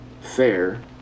fair